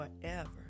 forever